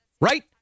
right